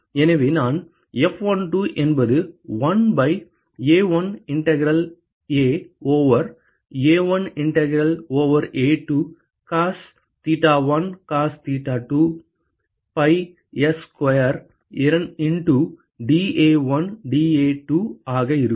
எனவே நான் F12 என்பது 1 by A1 integral A over A1 integral over A2 cos theta one cos theta two by S square into dA1 dA2 ஆக இருக்கும்